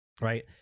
right